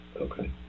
Okay